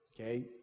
Okay